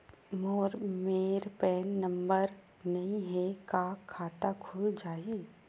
मोर मेर PAN number नई हे का खाता खुल जाही?